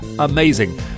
Amazing